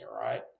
right